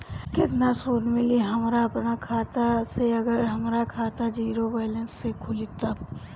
केतना सूद मिली हमरा अपना खाता से अगर हमार खाता ज़ीरो बैलेंस से खुली तब?